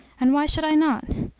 and why should i not?